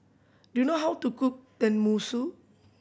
do you know how to cook Tenmusu